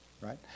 right